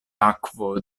akvo